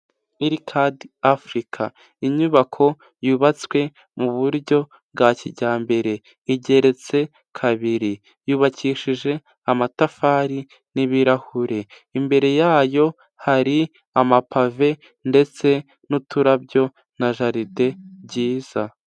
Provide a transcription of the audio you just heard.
Ircad Afurika inyubako yubatswe mu buryo bwa kijyambere igeretse kabiri, yubakishije amatafari n'ibirahure, imbere yayo hari amapave ndetse n'uturabyo na jaride byiza.